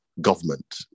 government